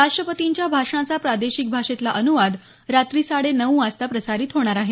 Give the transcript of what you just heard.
राष्ट्रपतींच्या भाषणाचा प्रादेशिक भाषेतला अनुवाद रात्री साडे नऊ वाजता प्रसारित होणार आहे